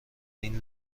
این